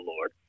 Lord